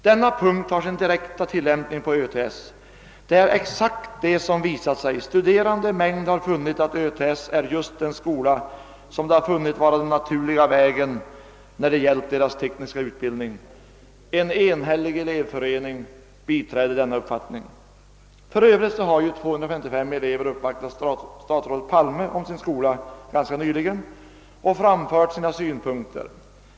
Detta har sin direkta tillämpning på Örnsköldsviks tekniska skola; exakt så har det visat sig vara. Studerande i mängd har funnit att Örnsköldsviks tekniska skola är den naturliga för dem när det gäller teknisk utbildning. En enhällig elevförening biträder denna uppfattning. För övrigt har ju 255 elever ganska nyligen uppvaktat statsrådet Palme om skolan och framfört sina synpunkter.